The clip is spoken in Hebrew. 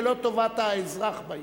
ולא טובת האזרח בעיר.